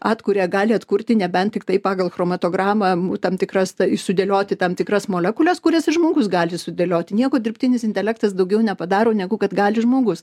atkuria gali atkurti nebent tiktai pagal chromatogramą tam tikras sudėlioti tam tikras molekules kurias ir žmogus gali sudėlioti nieko dirbtinis intelektas daugiau nepadaro negu kad gali žmogus